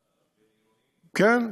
כן,